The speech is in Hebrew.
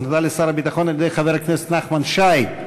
שהופנתה לשר הביטחון על-ידי חבר הכנסת נחמן שי.